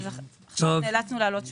אז נאלצנו להעלות שוב.